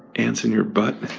ants in your butt